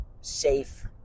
safe